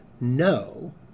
No